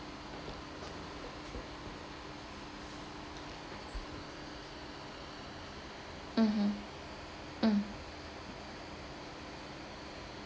mmhmm um